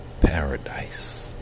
paradise